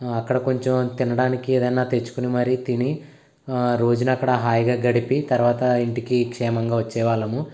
అక్కడ కొంచెం తినడానికి ఏదన్నా తెచ్చుకుని మరీ తిని ఆ రోజుని అక్కడ హాయిగా గడిపి తర్వాత ఇంటికి క్షేమంగా వచ్చే వాళ్ళము